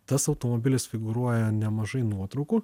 tas automobilis figūruoja nemažai nuotraukų